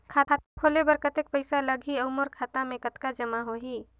खाता खोले बर कतेक पइसा लगही? अउ मोर खाता मे कतका जमा होही?